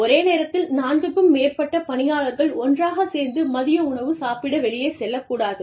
ஒரே நேரத்தில் 4 க்கும் மேற்பட்ட பணியாளர்கள் ஒன்றாகச் சேர்ந்து மதிய உணவு சாப்பிட வெளியே செல்லக் கூடாது